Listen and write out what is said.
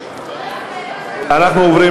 ההצעה